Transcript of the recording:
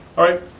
all right,